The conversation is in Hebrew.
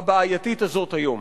הבעייתית הזאת היום.